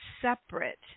separate